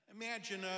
Imagine